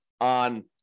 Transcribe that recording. on